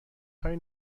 های